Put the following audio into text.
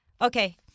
Okay